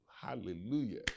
Hallelujah